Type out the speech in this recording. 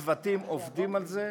הצוותים עובדים על זה.